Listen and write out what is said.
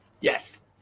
Yes